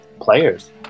players